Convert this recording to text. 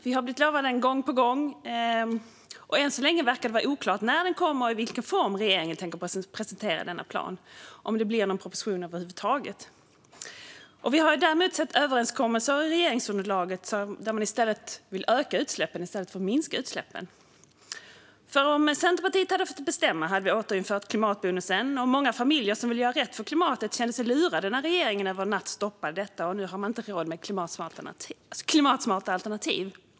Vi har blivit lovade den gång på gång, och än så länge verkar det vara oklart när den kommer och i vilken form regeringen tänker presentera denna plan - om det blir någon proposition över huvud taget. Vi har däremot sett överenskommelser i regeringsunderlaget om att öka utsläppen i stället för att minska dem. Om Centerpartiet hade fått bestämma hade vi återinfört klimatbonusen. Många familjer som vill göra rätt för klimatets skull kände sig lurade när regeringen stoppade detta över en natt, och nu har de inte råd med klimatsmarta alternativ.